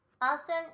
Austin